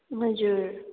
हजुर